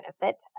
benefit